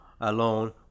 alone